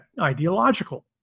ideological